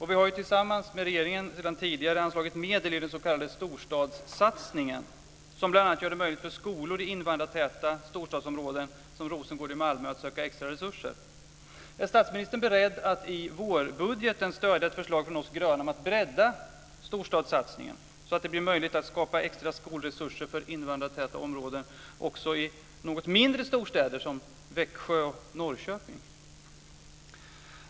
Vi har tillsammans med regeringen sedan tidigare anslagit medel i den s.k. storstadssatsningen, som bl.a. gör det möjligt för skolor i invandrartäta storstadsområden som Rosengård i Malmö att söka extra resurser. Är statsministern beredd att i vårbudgeten stödja ett förslag från oss gröna om att bredda storstadssatsningen så att det blir möjligt att skapa extra skolresurser för invandrartäta områden också i något mindre storstäder som Växjö och Norrköping?